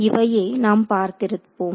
இவையே நாம் பார்த்திருந்தோம்